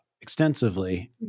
extensively